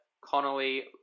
Connolly